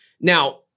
Now